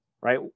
right